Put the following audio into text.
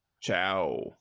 Ciao